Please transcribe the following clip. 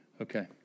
Okay